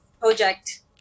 project